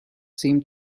seem